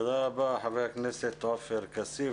תודה רבה חבר הכנסת עופר כסיף.